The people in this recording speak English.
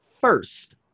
first